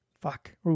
fuck